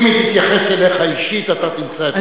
אם היא תתייחס אליך אישית, אתה תמצא את הדרך.